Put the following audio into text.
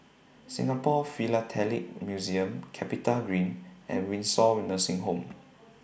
Singapore Philatelic Museum Capitagreen and Windsor were Nursing Home